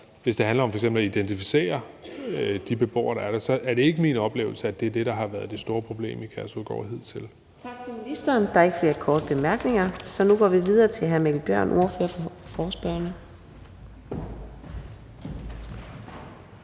hvis det f.eks. handler om at identificere de beboere, der er der – hvor det ikke er min oplevelse, at det er det, der har været det store problem på Kærshovedgård hidtil. Kl. 15:45 Fjerde næstformand (Karina Adsbøl): Tak til ministeren. Der er ikke flere korte bemærkninger, så nu går vi videre til hr. Mikkel Bjørn som ordfører for forespørgerne.